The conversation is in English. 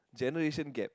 generation gap